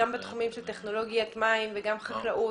גם בתחומים של טכנולוגיית מים וגם חקלאות